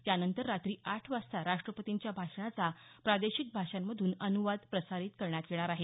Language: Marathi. त्यानंतर रात्री आठ वाजता राष्ट्रपतींच्या भाषणाचा प्रादेशिक भाषांमधून अनुवाद प्रसारित करण्यात येणार आहे